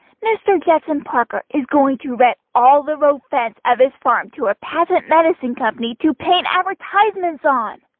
mr. judson parker is going to rent all the road fence of his farm to a patent medicine company to paint advertisements on.